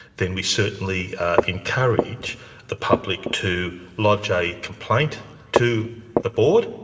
then we certainly encourage the public to lodge a complaint to the board,